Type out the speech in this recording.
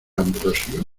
ambrosio